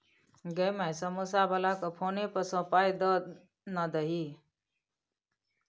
गै माय समौसा बलाकेँ फोने पे सँ पाय दए ना दही